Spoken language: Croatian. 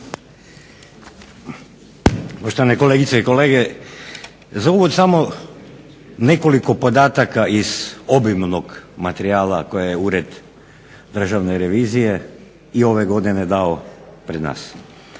Poštovani kolegice i kolege. Za uvod samo nekoliko podataka iz obilnog materijala koji je Ured Državne revizije i ove godine dao pred nas.